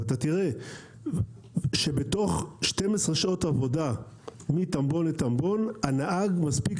ואתה תראה שבתוך 12 שעות עבודה מטמבון לטמבון הנהג מספיק